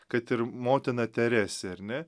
kad ir motina teresė ar ne